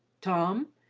tom,